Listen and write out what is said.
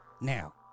now